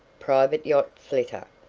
private yacht flitter,